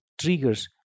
triggers